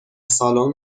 سالن